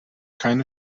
keine